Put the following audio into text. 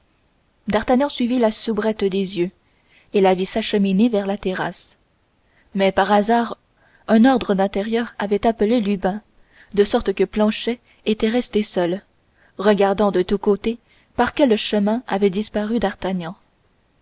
d'artagnan suivit la soubrette des yeux et la vit s'acheminer vers la terrasse mais par hasard un ordre de l'intérieur avait appelé lubin de sorte que planchet était resté seul regardant de tous côtés par quel chemin avait disparu d'artagnan